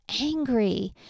angry